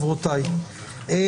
ידיעתנו.